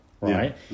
right